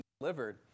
delivered